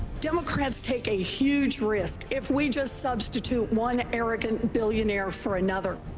democrats take a huge risk if we just substitute one arrogant billionaire for another.